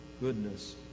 goodness